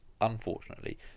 unfortunately